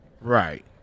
Right